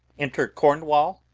enter cornwall,